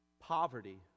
poverty